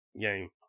game